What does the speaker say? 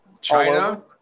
China